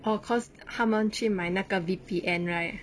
oh cause 他们去买那个 V_P_N right